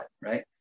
right